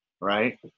right